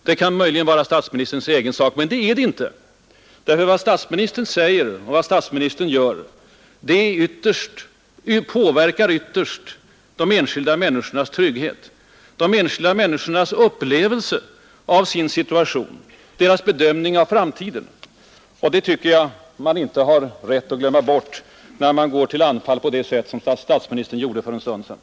Det kunde möjligen vara statsministerns egen sak, men det är det inte, därför att vad statsministern säger och vad statsministern gör påverkar ytterst de enskilda människornas trygghet, de enskilda människornas upplevelse av sin situation, deras bedömning av framtiden. Och det tycker jag att man inte har rätt att glömma bort när man går till anfall på det sätt som statsministern gjorde för en stund sedan.